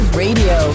radio